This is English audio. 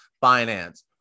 finance